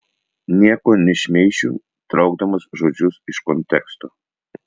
nieko nešmeišiu traukdamas žodžius iš konteksto